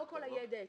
לא כל הידע אצלי,